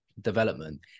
development